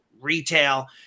retail